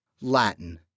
Latin